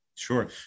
Sure